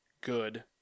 good